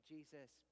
Jesus